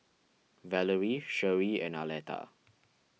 Valerie Sherie and Arletta